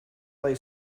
lay